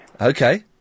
Okay